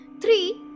three